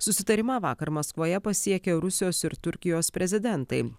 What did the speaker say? susitarimą vakar maskvoje pasiekė rusijos ir turkijos prezidentai